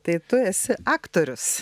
tai tu esi aktorius